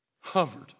hovered